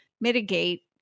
mitigate